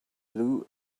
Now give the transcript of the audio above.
blue